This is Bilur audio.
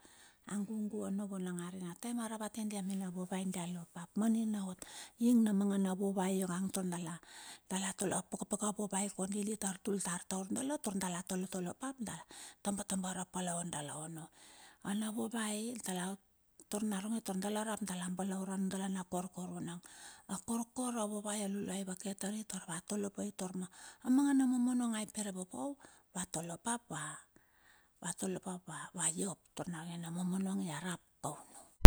Agugu ono vunang are a taem a ravate dia mena vovai dia lopa ap manina ot, ingna mangana vovai iongang tor dala, dala tolo a pakapaka vovai kondi di tar tultar taur dala. Tor dala toltolopa ap dala tabatabar a paloe dala ono. A na vovae dala tor naronge tor dala rap. tor dala balaure nundala na korkor ono. Okorkor a vovae a luluai ivake tari tor va tolo pai tor ma amanga na momonong a poro popou va tolo, vatolo pap va iop, tor naronge na momonong ia rap.